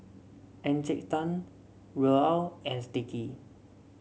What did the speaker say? Encik Tan Raoul and Sticky